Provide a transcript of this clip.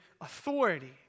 authority